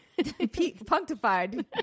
Punctified